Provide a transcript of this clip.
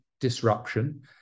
disruption